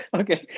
okay